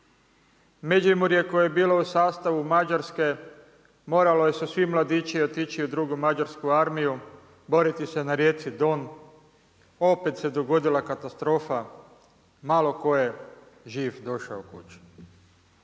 Međimurje koje je bilo u sastavu Mađarske morali su svi mladići otići u Drugu mađarsku armiju, boriti se na rijeci Don, opet se dogodila katastrofa, malo tko je živ došao kući.